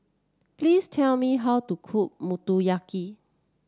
please tell me how to cook Motoyaki